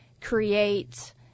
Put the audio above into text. create